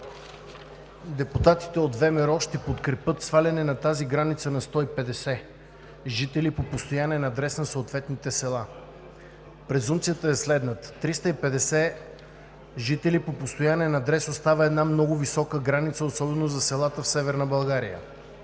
Депутатите от ВМРО ще подкрепят сваляне на тази граница на 150 жители по постоянен адрес на съответните села. Презумпцията е следната: 350 жители по постоянен адрес става една много висока граница, особено за селата в Северна България,